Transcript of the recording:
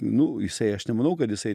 nu jisai aš nemanau kad jisai